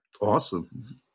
Awesome